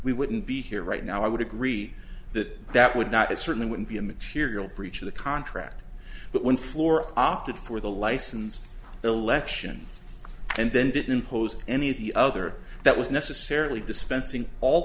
we wouldn't be here right now i would agree that that would not it certainly wouldn't be a material breach of the contract but one floor opted for the license election and then didn't impose any of the other that was necessarily dispensing all